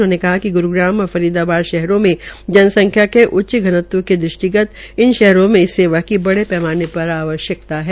उन्होंने कहा कि ग्रूग्राम और फरीदाबाद शहरों में जनसंख्या के उच्च घनत्व के दृष्टिगत इन शहरों में इस सेवा की बड़े पैमाने पर आवश्यकता है